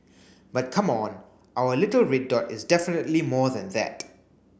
but come on our little red dot is definitely more than that